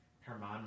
Herman